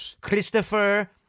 Christopher